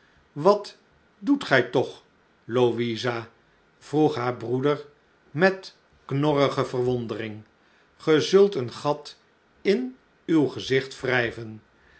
wat doet gij toch louisa vroeg haar broeder met knorrige verwondering ge zult een gat in uw gezicht wrijven